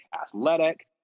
athletic